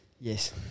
Yes